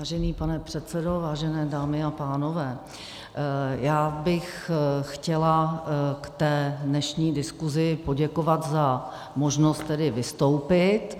Vážený pane předsedo, vážené dámy a pánové, já bych chtěla k té dnešní diskusi poděkovat za možnost vystoupit.